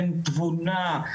אין תבונה,